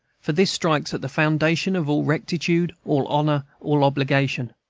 for this strikes at the foundation of all rectitude, all honor, all obligation.